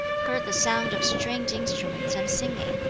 heard the sound of stringed instruments and singing.